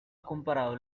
comparado